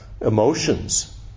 emotions